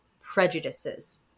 prejudices